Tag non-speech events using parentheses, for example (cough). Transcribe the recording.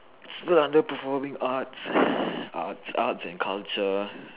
(noise) under performing arts (breath) arts arts and culture